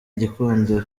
igikundiro